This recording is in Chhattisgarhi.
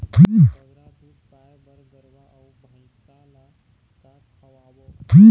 बगरा दूध पाए बर गरवा अऊ भैंसा ला का खवाबो?